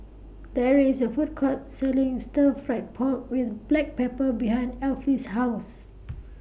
There IS A Food Court Selling Stir Fry Pork with Black Pepper behind Alfie's House